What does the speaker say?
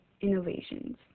innovations